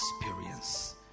experience